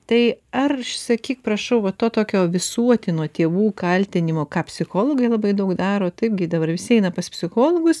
tai ar sakyk prašau va to tokio visuotino tėvų kaltinimo ką psichologai labai daro taip gi dabar visi eina pas psichologus